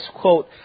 quote